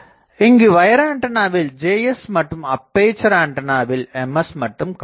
இங்கு வயர் ஆண்டனாவில் Js மட்டும் மற்றும் அப்பேசர் ஆண்டனாவில் Ms மட்டும் காணப்படும்